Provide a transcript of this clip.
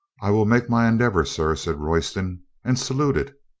i will make my endeavor, sir, said royston and saluted,